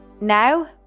Now